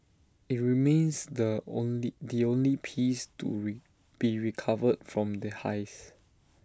IT remains the only the only piece to be recovered from the heist